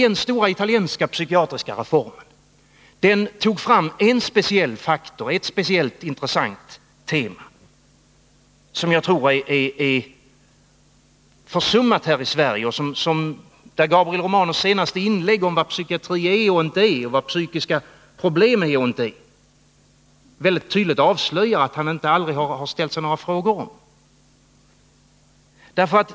Den stora italienska psykiatriska reformen tog fram en speciell faktor, ett speciellt intressant tema, som jag tror är försummat här i Sverige, och Gabriel Romanus senaste inlägg om vad psykiatri är och inte är, vad psykiatriska problem är och inte är, avslöjar tydligt att han aldrig har ställt sig några frågor om detta.